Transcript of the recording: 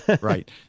Right